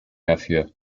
dafür